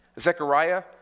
Zechariah